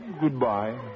Goodbye